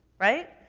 right?